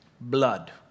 blood